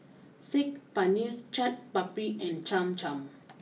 Saag Paneer Chaat Papri and Cham Cham